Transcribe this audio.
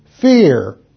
fear